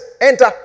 enter